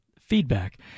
feedback